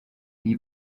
wie